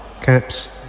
Caps